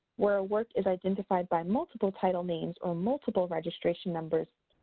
where a work is identified by multiple title names or multiple registration numbers,